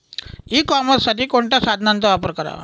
E कॉमर्ससाठी कोणत्या साधनांचा वापर करावा?